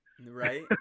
right